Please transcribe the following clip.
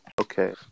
Okay